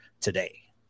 today